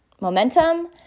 momentum